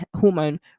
hormone